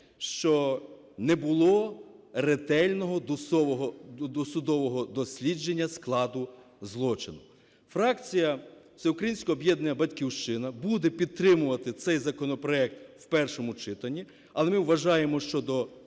що не було ретельного досудового дослідження складу злочину. Фракція Всеукраїнське об'єднання "Батьківщина" буде підтримувати цей законопроект в першому читанні, але ми вважаємо, що до